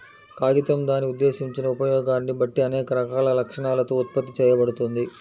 కాగితం దాని ఉద్దేశించిన ఉపయోగాన్ని బట్టి అనేక రకాల లక్షణాలతో ఉత్పత్తి చేయబడుతుంది